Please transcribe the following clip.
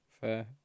fair